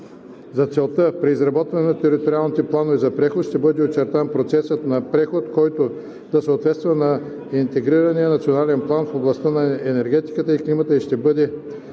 За целта при изработване на Териториалните планове за преход ще бъде очертан процесът на преход, който да съответства на Интегрирания национален план в областта на енергетиката и климата и ще бъдат